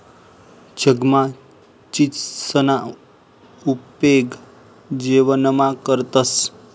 जगमा चीचसना उपेग जेवणमा करतंस